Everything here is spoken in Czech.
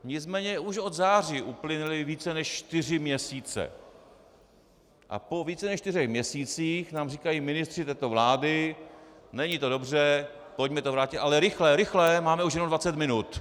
Nicméně už od září uplynuly více než čtyři měsíce a po více než čtyřech měsících nám říkají ministři této vlády: Není to dobře, pojďme to vrátit, ale rychle, rychle, máme už jenom dvacet minut.